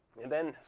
and then